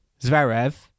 Zverev